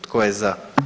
Tko je za?